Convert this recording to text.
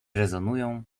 rezonują